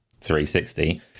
360